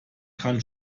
kann